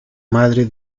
madre